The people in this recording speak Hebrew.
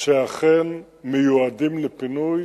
שאכן מיועדים לפינוי,